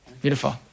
Beautiful